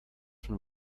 von